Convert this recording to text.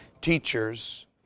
teachers